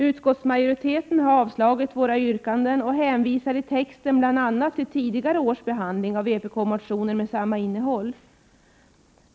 Utskottsmajoriteten har avstyrkt våra yrkanden och hänvisar i texten bl.a. till tidigare års behandling av vpk-motioner med samma innehåll.